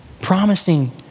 promising